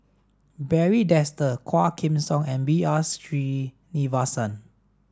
Barry Desker Quah Kim Song and B R Sreenivasan